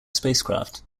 spacecraft